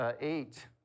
eight